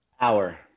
Hour